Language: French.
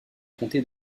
comté